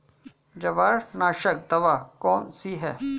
जवारनाशक दवा कौन सी है?